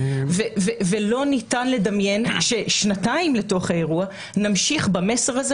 לא ניתן לדמיין ששנתיים לתוך האירוע נמשיך במסר הזה